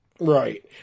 right